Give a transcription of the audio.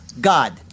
God